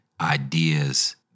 ideas